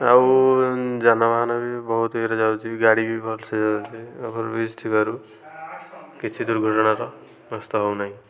ଆଉ ଯାନବାହାନ ବି ବହୁତ ଇଏରେ ଯାଉଛି ବି ଗାଡ଼ି ବି ଭଲସେ ଚାଲୁଛି ଓଭାରବ୍ରିଜ ଥିବାରୁ କିଛି ଦୁର୍ଘଟଣାର ପ୍ରସ୍ତାବ ଆଉ ନାହିଁ